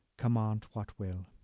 come on't what will.